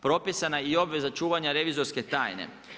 Propisana je i obveza čuvanja revizorske tajne.